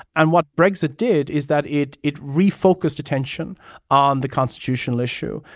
and what brexit did is that it it refocused attention on the constitutional issue,